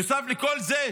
בנוסף לכל זה,